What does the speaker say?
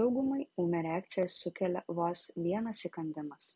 daugumai ūmią reakciją sukelia vos vienas įkandimas